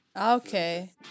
Okay